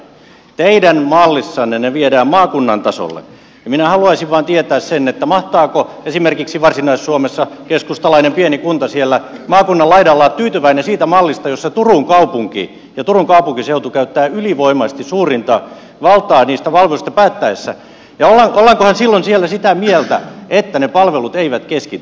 teidän mallissanne ne viedään maakunnan tasolle ja minä haluaisin vain tietää sen mahtaako esimerkiksi varsinais suomessa keskustalainen pieni kunta siellä maakunnan laidalla olla tyytyväinen siitä mallista jossa turun kaupunki ja turun kaupunkiseutu käyttää ylivoimaisesti suurinta valtaa niistä palveluista päättäessään ja ollaankohan silloin siellä sitä mieltä että ne palvelut eivät keskity